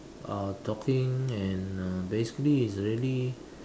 uh talking and uh basically it's really